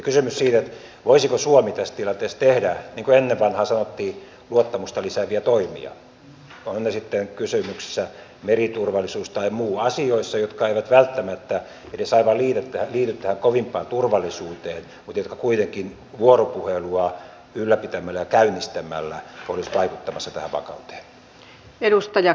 kysymys on siitä voisiko suomi tässä tilanteessa tehdä niin kuin ennen vanhaan sanottiin luottamusta lisääviä toimia on sitten kysymyksessä meriturvallisuus tai muu asioissa jotka eivät välttämättä edes aivan liity tähän kovimpaan turvallisuuteen mutta jotka kuitenkin vuoropuhelua ylläpitämällä ja käynnistämällä olisivat vaikuttamassa tähän vakauteen